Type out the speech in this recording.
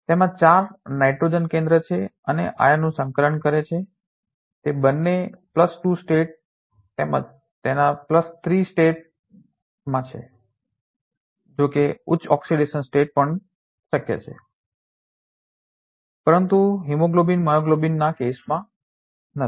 તેમાં ચાર નાઇટ્રોજન કેન્દ્રો છે જે આયર્નનું સંકલન કરે છે તે બંને 2 સ્ટેટ state અવસ્થા તેમજ તેના 3 સ્ટેટ state અવસ્થા માં છે જોકે ઉચ્ચ ઓક્સિડેશન સ્ટેટ્સ પણ શક્ય છે પરંતુ હિમોગ્લોબિન મ્યોગ્લોબિન ના કેસમાં નથી